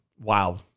wow